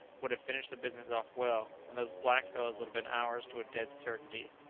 would have finished the business off well, and those black fellows would have been ours to a dead certainty.